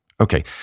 Okay